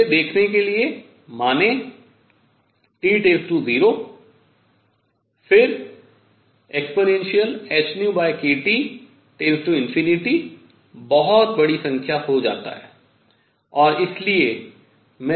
इसे देखने के लिए माने T → 0 फिर ehνkT→∞ बहुत बड़ी संख्या हो जाता है